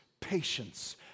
patience